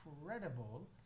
incredible